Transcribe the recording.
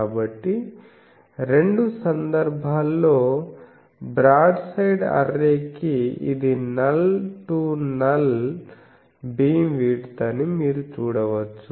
కాబట్టి రెండు సందర్భాల్లో బ్రాడ్ సైడ్ అర్రే కి ఇది నల్ టూ నల్ బీమ్విడ్త్ అని మీరు చూడవచ్చు